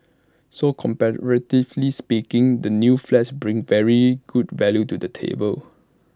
so comparatively speaking the new flats bring very good value to the table